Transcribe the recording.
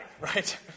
right